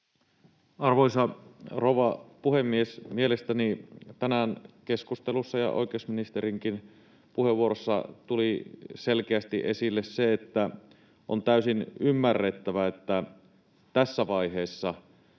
Arvoisa rouva puhemies! Mielestäni tänään keskustelussa ja oikeusministerinkin puheenvuorossa tuli selkeästi esille se, että on täysin ymmärrettävää, että tässä vaiheessa,